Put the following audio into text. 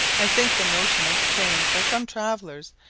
i think the notion entertained by some travellers,